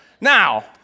Now